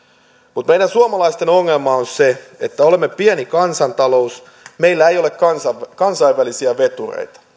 mutta meidän suomalaisten ongelma on se että olemme pieni kansantalous meillä ei ole kansainvälisiä vetureita